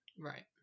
Right